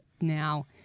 now